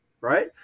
right